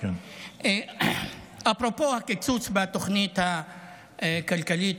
אפרופו הקיצוץ בתוכנית הכלכלית,